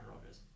Rodgers